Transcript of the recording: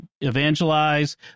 evangelize